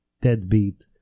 deadbeat